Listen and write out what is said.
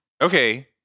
okay